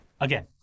Again